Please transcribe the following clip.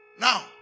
Now